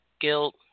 Guilt